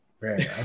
Right